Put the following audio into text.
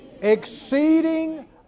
exceeding